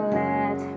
let